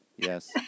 yes